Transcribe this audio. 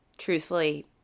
Truthfully